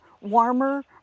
warmer